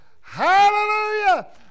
Hallelujah